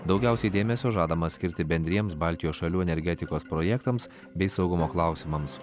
daugiausiai dėmesio žadama skirti bendriems baltijos šalių energetikos projektams bei saugumo klausimams